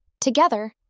Together